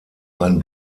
ein